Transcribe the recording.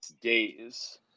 days